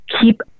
keep